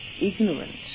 ignorant